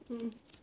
mm mm